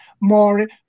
more